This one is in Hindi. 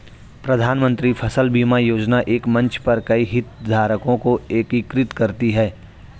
प्रधानमंत्री फसल बीमा योजना एक मंच पर कई हितधारकों को एकीकृत करती है